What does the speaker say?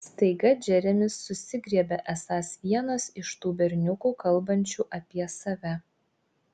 staiga džeremis susigriebia esąs vienas iš tų berniukų kalbančių apie save